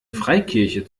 freikirche